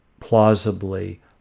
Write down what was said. plausibly